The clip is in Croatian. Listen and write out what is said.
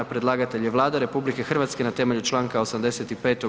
Predlagatelj je Vlada RH na temelju članka 85.